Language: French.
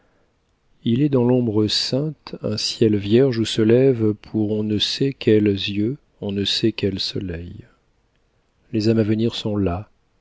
il est dans l'ombre sainte un ciel vierge où se lève pour on ne sait quels yeux on ne sait quel soleil les âmes à venir sont là